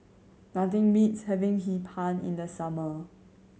nothing beats having Hee Pan in the summer